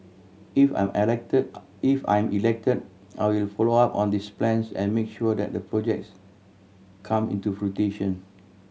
if I'm if I'm elected I will follow up on these plans and make sure that the projects come into fruition